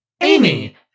Amy